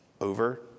over